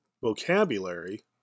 vocabulary